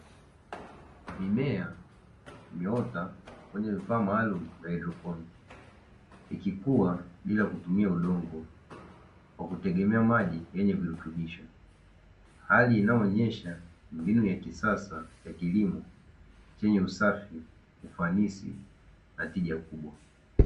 Mimea imeota kwenye vifaa maalumu ikikuwa bila kutumia maji hali inayoonyesha kilimo cha usafi na tija kubwa